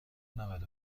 نود